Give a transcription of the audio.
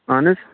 اَہَن حظ